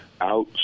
out